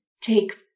take